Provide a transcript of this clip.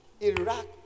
Iraq